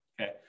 Okay